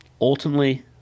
ultimately